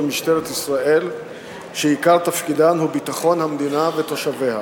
משטרת ישראל שעיקר תפקידן הוא ביטחון המדינה ותושביה.